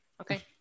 Okay